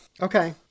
Okay